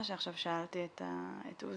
מה שעכשיו שאלתי את עוזי.